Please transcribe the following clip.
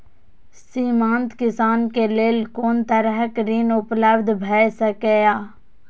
सीमांत किसान के लेल कोन तरहक ऋण उपलब्ध भ सकेया?